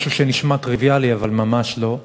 משהו שנשמע טריוויאלי אבל ממש לא.